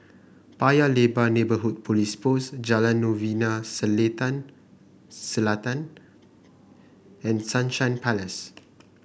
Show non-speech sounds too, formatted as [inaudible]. Paya Lebar Neighbourhood Police Post Jalan Novena [unintelligible] Selatan and Sunshine Place